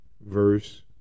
verse